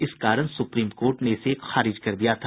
इस कारण supreme court ने इसे खारिज कर दिया था